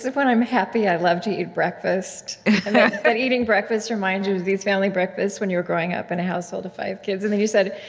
when i'm happy, i love to eat breakfast, and that eating breakfast reminds you of these family breakfasts when you were growing up in a household of five kids. and then you said,